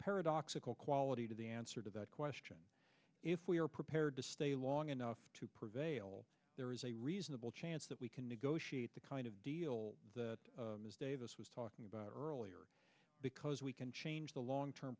paradoxical quality to the answer to that question if we are prepared to stay long enough to prevail there is a reasonable chance that we can negotiate the kind of deal that davis was talking about earlier because we can change the long term